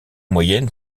moyenne